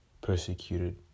Persecuted